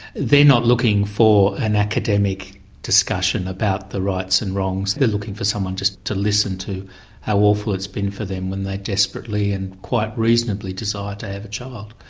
not looking for an academic discussion about the rights and wrongs, they're looking for someone just to listen to how awful it's been for them when they desperately and quite reasonably decide to have a child.